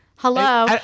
Hello